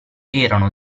erano